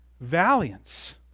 valiance